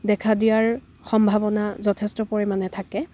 দেখা দিয়াৰ সম্ভাৱনা যথেষ্ট পৰিমাণে থাকে